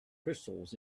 crystals